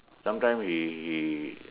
sometime he he